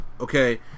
okay